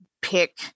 pick